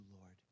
Lord